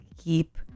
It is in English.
keep